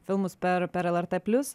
filmus per per lrt plius